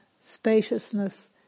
spaciousness